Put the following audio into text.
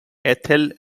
ethel